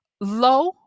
low